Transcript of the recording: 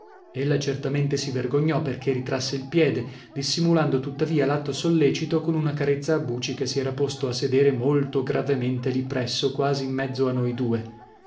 giustizia ella certamente si vergognò perchè ritrasse il piede dissimulando tuttavia l'atto sollecito con una carezza a buci che si era posto a sedere molto gravemente lì presso quasi in mezzo a noi due